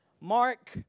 Mark